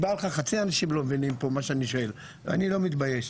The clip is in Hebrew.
חצי מהאנשים לא מבינים פה מה שאני שואל ואני לא מתבייש.